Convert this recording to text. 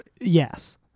Yes